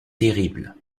terrible